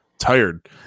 tired